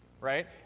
Right